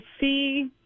see